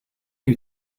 you